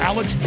Alex